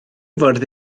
fwrdd